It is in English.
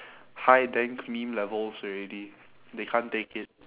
high dank meme levels already they can't take it